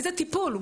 איזה טיפול,